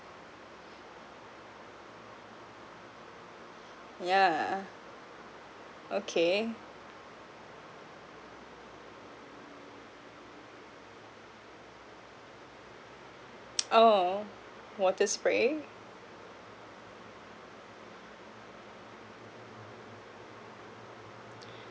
yeah okay oh water spray